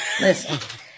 Listen